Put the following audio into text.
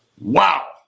Wow